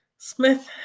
Smith